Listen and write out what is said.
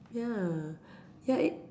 ya ya it